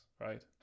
right